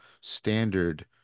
standard